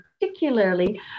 particularly